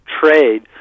trade